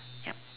yup